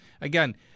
Again